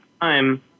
time